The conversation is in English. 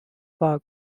park